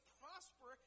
prosper